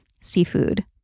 seafood